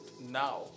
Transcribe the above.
Now